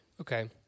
Okay